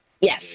Yes